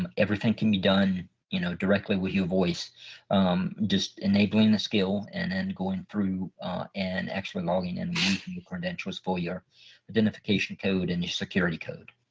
um everything can be done you know directly with your voice just enabling the skill and then going through and actually logging in the credentials for your identification code and your security code.